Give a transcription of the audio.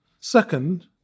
Second